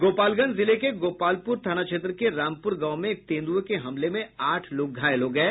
गोपालगंज जिले के गोपालपुर थाना क्षेत्र के रामपुर गांव में एक तेंदुए के हमले में आठ लोग घायल हो गये